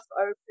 open